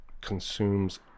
consumes